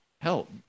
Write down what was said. help